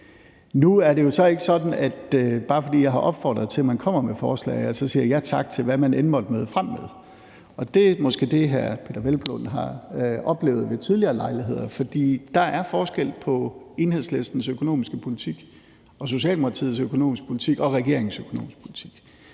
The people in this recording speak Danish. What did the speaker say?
Nu er det jo så ikke sådan, at bare fordi jeg har opfordret til, at man kommer forslag, så siger jeg ja tak til, hvad man end måtte møde frem med, og det er måske det, hr. Peder Hvelplund har oplevet ved tidligere lejligheder. For der er forskel på Enhedslistens økonomiske politik og Socialdemokratiets og regeringens økonomiske politik.